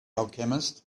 alchemist